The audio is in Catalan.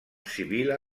sibil·la